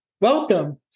Welcome